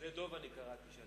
שדה-דב, קראתי.